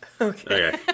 Okay